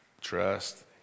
Trust